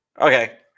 okay